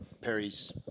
Perry's